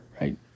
Right